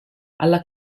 alla